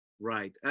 right